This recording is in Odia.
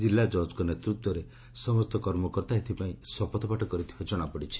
ଜିଲ୍ଲା ଜଜ୍ଙ୍ ନେତୃତ୍ୱରେ ସମସ୍ତ କର୍ମକର୍ତ୍ତା ଏଥପାଇଁ ଶପଥପାଠ କରିଥିବା ଜଣାପଡ଼ିଛି